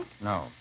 No